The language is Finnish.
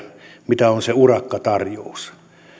mitä on se urakkatarjous